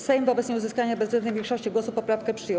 Sejm wobec nieuzyskania bezwzględnej większości głosów poprawkę przyjął.